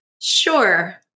Sure